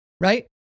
right